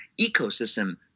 ecosystem